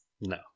No